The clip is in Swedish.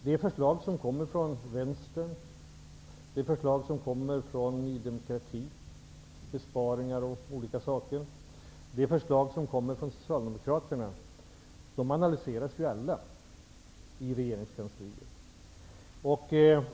Herr talman! Väldigt kort: alla förslag om besparingar och annat som kommer från Vänstern, Ny demokrati och Socialdemokraterna analyseras i regeringskansliet.